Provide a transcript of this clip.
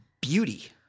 beauty